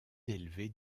élevée